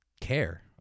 care